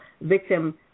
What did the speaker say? victim